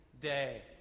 day